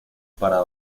para